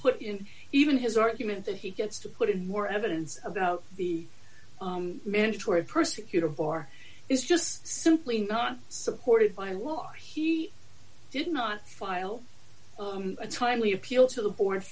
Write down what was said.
put in even his argument that he gets to put in more evidence about the mandatory persecutor for is just simply not supported by a lot he did not file a timely appeal to the board